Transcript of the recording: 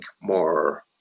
more